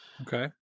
Okay